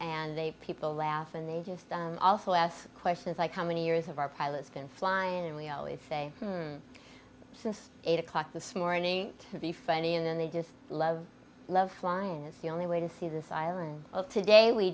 and they people laugh and they just also less questions like how many years of our pilots been flying and we always say since eight o'clock this morning to be funny and then they just love love flying is the only way to see this island today we